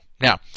Now